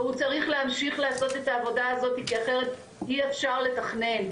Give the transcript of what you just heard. והוא צריך להמשיך לעשות את העבודה הזאת כי אחרת אי אפשר לתכנן,